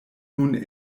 nun